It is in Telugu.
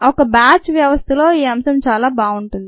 ఒక బ్యాచ్ వ్యవస్థలో ఈ అంశం చాలా బావుంటుంది